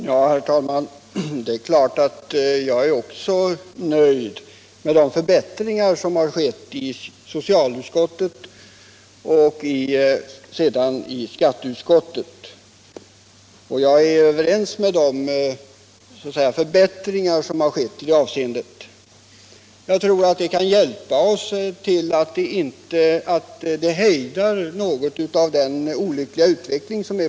Herr talman! Det är klart att också jag är nöjd med de förbättringar som kan ske genom socialutskottets och sedermera skatteutskottets skrivningar. Jag tror att dessa kan hjälpa till att något hejda den olyckliga alkoholutvecklingen.